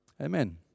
Amen